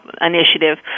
initiative